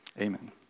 Amen